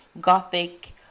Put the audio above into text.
Gothic